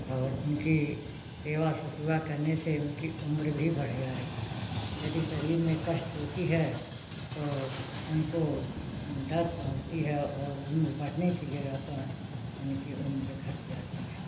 और उनकी सेवा ससुरा करने से उनकी उम्र भी बढ़ जाएगी यदि शरीर में कष्ट होती है तो उनको दर्द पहुँचती है और उम्र बढ़ने की जगह पर उनकी उम्र घट जाती है